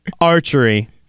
archery